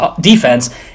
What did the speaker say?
defense